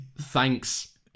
thanks